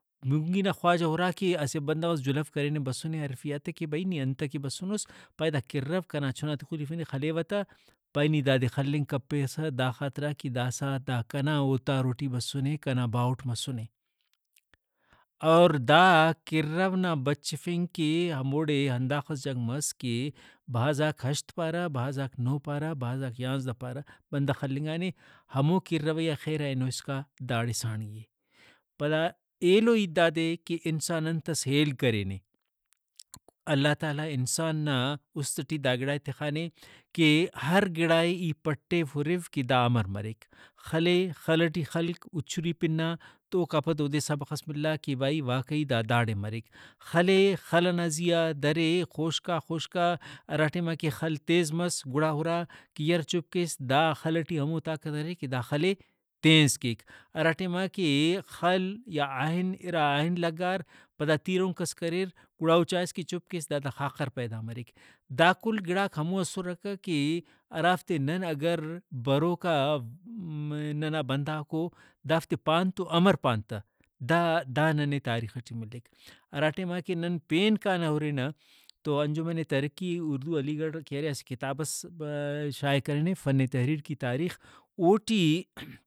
بھنگی نا خواجہ ہُرا کہ اسہ بندغس جُلو کرینے بسُنے ہرفینے ایہان تہ بھئی نی انتکہ بسُنس پائے دا کِرۤو کنا چھناتے خُلیفینے خلیوہ تہ پارے نی دادے خلنگ کپیسہ دا خاطران کہ داسہ دا کنا اوتار ٹی بسُنے کنا باہوٹ مسنے۔ اور دا کِرۤو نا بچفنگ کہ ہموڑے ہنداخس جنگ مس کہ بھازاک ہشت پارہ بھازاک نہہ بھازاک یانزدہ پارہ بندغ خلنگانے ہمو کِرۤوی آ خیر اینو اسکا داڑے سانی اے۔ پدا ایلو ہیت دادے کہ انسان انتس ہیل کرینے (voice)اللہ تعالیٰ انسان نا اُست ٹی دا گڑائے تخانے کہ ہر گڑائے ای پٹیو ہُرو کہ دا امر مریک خلے خل ئنا زیہا درے خوشکا خوشکا ہرا ٹائما کہ خل تیز مس گڑا ہُرا کہ یرہ چُپ کیس دا خل ئٹی ہمو طاقت ارے کہ داخل ئے تیز کیک۔ ہرا ٹائما کہ خل یا آئن اِرا آئن لگار پدا تیرونک ئس کریر گڑا او چائس کہ چُپ کیس کہ دادان خاخر پیدا مریک۔ دا کل گڑاک ہمو اسرہ کہ کہ ہرافتے نن اگر بروکا ننا بندغاکو دافتے پان تو امر پان تادا دا ننے تاریخ ٹی ملک۔ ہرا ٹائما کہ نن پین کانہ ہُرنہ تو انجمن ترقی اردو علی گڑھ کہ ارے اسہ کتابس شائع کرینے فنِ تحریر کی تاریخ اوٹی